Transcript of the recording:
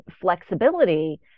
flexibility